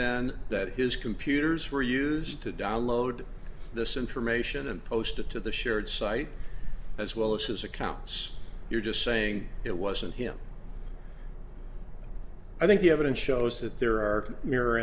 then that his computers were used to download this information and post it to the shared site as well as his accounts you're just saying it wasn't him i think the evidence shows that there are mirror